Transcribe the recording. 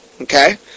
Okay